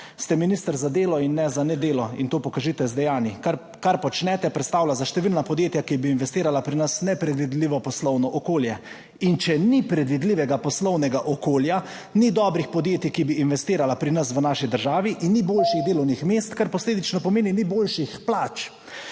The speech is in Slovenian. Ste minister za delo in ne za ne delo in to pokažite z dejanji. Kar počnete, predstavlja za številna podjetja, ki bi investirala pri nas, nepredvidljivo poslovno okolje. In če ni predvidljivega poslovnega okolja, ni dobrih podjetij, ki bi investirala pri nas, v naši državi in ni boljših delovnih mest, kar posledično pomeni, ni boljših plač.